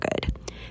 good